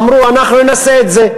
אמרו: אנחנו ננסה את זה.